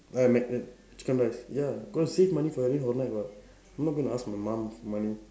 uh chicken rice ya got to save money for Halloween horror night what I'm not going to ask my mom for money